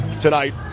tonight